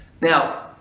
Now